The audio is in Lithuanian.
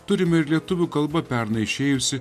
turime ir lietuvių kalba pernai išėjusį